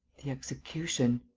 the execution.